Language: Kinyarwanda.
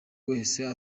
wese